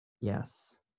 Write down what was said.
Yes